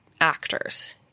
actors